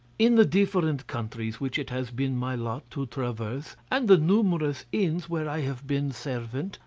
in the different countries which it has been my lot to traverse, and the numerous inns where i have been servant,